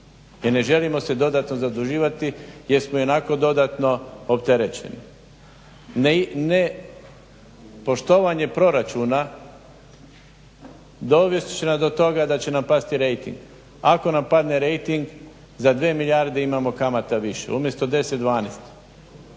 jer ne želimo se dodatno zaduživati jer smo ionako dodatno opterećeni. Ne poštovanje proračuna dovest će nas do toga da će nam pasti rejting. Ako nam padne rejting za dvije milijarde imamo kamata više umjesto 10, 12.